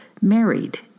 married